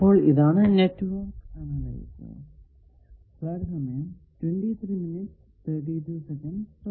ഇതാണ് network analyser